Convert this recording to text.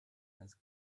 has